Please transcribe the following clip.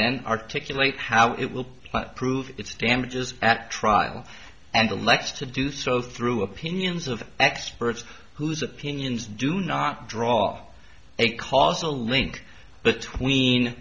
then articulate how it will play prove its damages at trial and elects to do so through opinions of experts whose opinions do not draw a causal link between